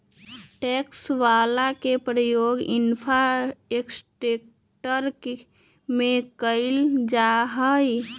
टैक्सवा के प्रयोग इंफ्रास्ट्रक्टर में कइल जाहई